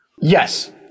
Yes